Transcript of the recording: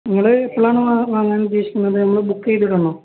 നിങ്ങള് എപ്പളാണ് വ വങ്ങാൻ ഉദ്ദേശിക്കുന്നത് നമ്മള് ബുക്ക് ചെയ്തിരണോ